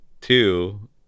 Two